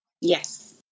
Yes